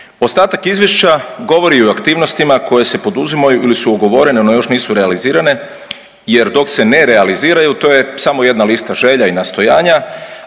Ostatak izvješća govori i o aktivnostima koje se poduzimaju ili su ugovorene, no još nisu realizirane jer dok se ne realiziraju to je samo jedna lista želja i nastojanja,